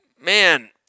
Man